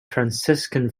franciscan